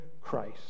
Christ